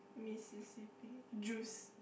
Mississippi Jews